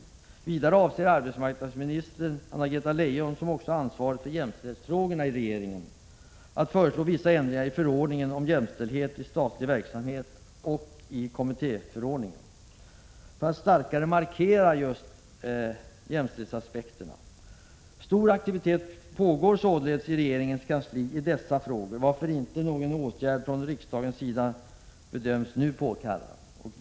Vidare avser arbetsmarknadsminister Anna-Greta Leijon, som också har ansvaret för jämställdhetsfrågorna i regeringen, att föreslå vissa ändringar i förordningen om jämställdhet i statlig verksamhet och i kommittéförordningen , för att starkare markera jämställdhetsaspekterna. Stor aktivitet pågår således i regeringens kansli i dessa frågor, varför någon åtgärd från riksdagens sida inte nu bedöms påkallad.